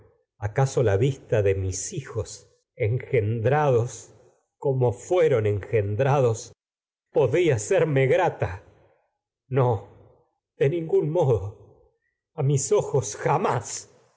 acaso la vista de mis hijosj en gendrados ta como fueron engendrados podía serme gra no de ningún modo a mis ojos jamás